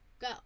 go